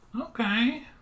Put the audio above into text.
okay